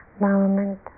moment